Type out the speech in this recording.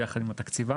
ביחד עם התקציבן,